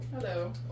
Hello